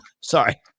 sorry